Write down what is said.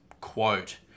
quote